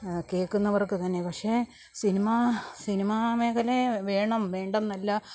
കേൾക്കുന്നവർക്ക് തന്നെ പക്ഷെ സിനിമാ സിനിമാമേഖലയെ വേണം വേണ്ട എന്നല്ല